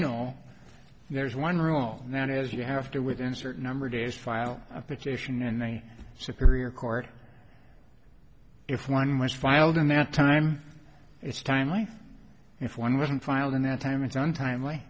know there's one rule that is you have to within a certain number of days to file a petition and superior court if one was filed in that time it's timely if one wasn't filed in that time it's untimely